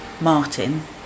Martin